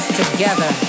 together